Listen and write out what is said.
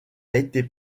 été